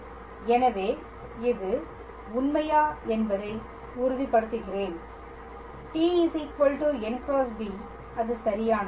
எனவே இது உண்மையா என்பதை உறுதிப்படுத்துகிறேன் t n × b அது சரியானது